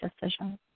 decisions